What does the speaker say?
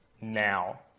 now